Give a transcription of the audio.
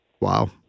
Wow